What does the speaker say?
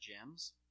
Gems